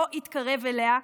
לא יתקרב אליה.